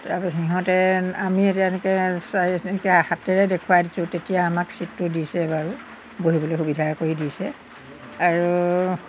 তাৰপিছত সিহঁতে আমি এতিয়া এনেকৈ হাতেৰে দেখুৱাই দিছোঁ তেতিয়া আমাক চিটটো দিছে বাৰু বহিবলৈ সুবিধা কৰি দিছে আৰু